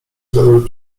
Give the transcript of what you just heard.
dobry